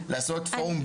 של שירותי בריאות,